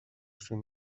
شون